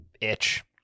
Itch